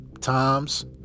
times